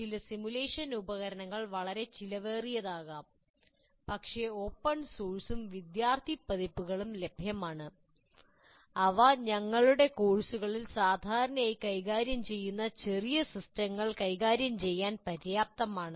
ചില സിമുലേഷൻ ഉപകരണങ്ങൾ വളരെ ചെലവേറിയതാകാം പക്ഷേ ഓപ്പൺ സോഴ്സും വിദ്യാർത്ഥി പതിപ്പുകളും ലഭ്യമാണ് അവ ഞങ്ങളുടെ കോഴ്സുകളിൽ സാധാരണയായി കൈകാര്യം ചെയ്യുന്ന ചെറിയ സിസ്റ്റങ്ങൾ കൈകാര്യം ചെയ്യാൻ പര്യാപ്തമാണ്